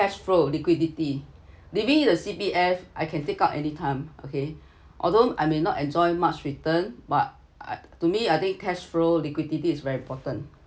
cash flow liquidity leaving in the C_P_F I can take out anytime okay although I may not enjoy much return but I to me I think cash flow liquidity is very important